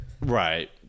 Right